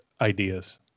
ideas